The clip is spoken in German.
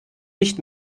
nicht